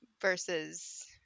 versus